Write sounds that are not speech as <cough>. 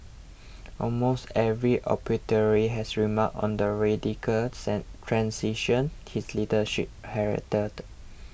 almost every obituary has remarked on the radical <unintelligible> transition his leadership heralded